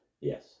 Yes